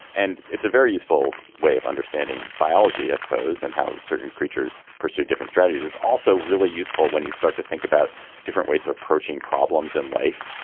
and it's a very useful way of understanding biology, i suppose, and how certain creatures pursue different strategies. it's also really useful when you start to think about different ways of approaching problems in life,